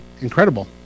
incredible